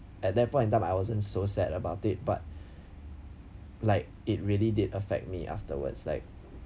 at that point in time I wasn't so sad about it but like it really did affect me afterwards like